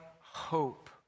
hope